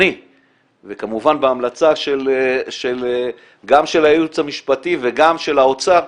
אני וכמובן בהמלצה גם של הייעוץ המשפטי וגם של האוצר,